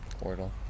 Portal